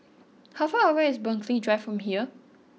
how far away is Burghley Drive from here